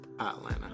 Atlanta